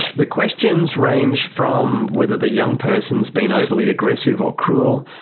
the questions range from whether the young person's been overly aggressive or cruel,